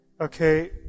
okay